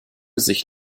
sich